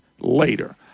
later